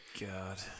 God